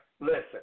Listen